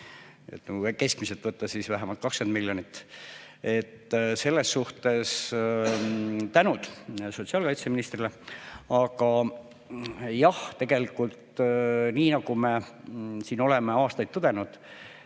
keskmiselt võtta, siis vähemalt 20 miljonit. Selles suhtes tänud sotsiaalkaitseministrile. Aga jah, tegelikult, nii nagu me siin oleme aastaid tõdenud,